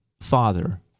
father